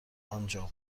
آنجا